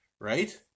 Right